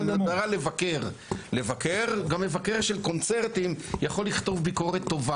אני מדבר על כך שצריך לבקר.